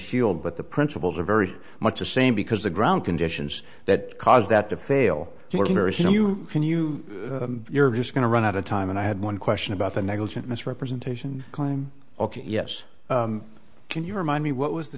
shield but the principles are very much the same because the ground conditions that caused that to fail can you you're just going to run out of time and i had one question about the negligent misrepresentation claim ok yes can you remind me what was the